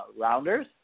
Rounders